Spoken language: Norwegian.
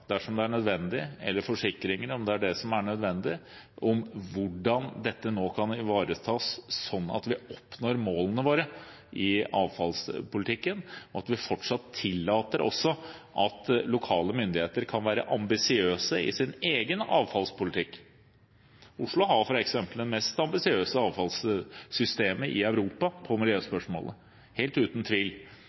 dersom det er nødvendig, eller forsikringer, om det er det som er nødvendig, om hvordan dette kan ivaretas, slik at vi oppnår målene våre i avfallspolitikken, og slik at vi fortsatt tillater at også lokale myndigheter kan være ambisiøse i sin egen avfallspolitikk. Oslo har f.eks., helt uten tvil, det mest ambisiøse avfallssystemet i Europa